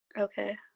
Okay